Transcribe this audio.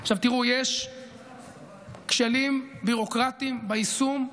תראו, יש כשלים ביורוקרטיים ביישום.